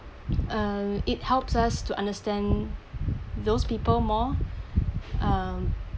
uh it helps us to understand those people more um